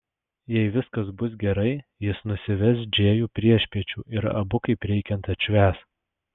jei viskas bus gerai jis nusives džėjų priešpiečių ir abu kaip reikiant atšvęs